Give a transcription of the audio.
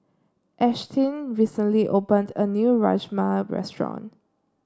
Ashtyn recently opened a new Rajma Restaurant